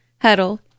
Huddle